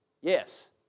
Yes